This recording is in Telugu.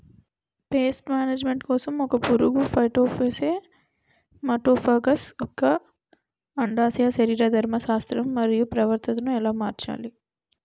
పేస్ట్ మేనేజ్మెంట్ కోసం ఒక పురుగు ఫైటోఫాగస్హె మటోఫాగస్ యెక్క అండాశయ శరీరధర్మ శాస్త్రం మరియు ప్రవర్తనను ఎలా మార్చచ్చు?